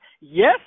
Yes